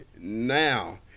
now